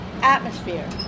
atmosphere